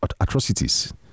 atrocities